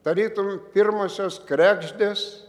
tarytum pirmosios kregždės